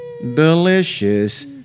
delicious